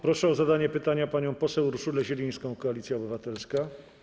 Proszę o zadanie pytania panią poseł Urszulę Zielińską, Koalicja Obywatelska.